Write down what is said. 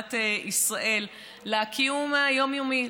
במדינת ישראל בקיום היומיומי.